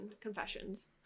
confessions